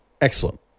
Excellent